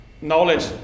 knowledge